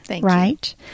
right